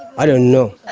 i don't know.